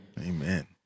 Amen